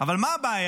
אבל מה הבעיה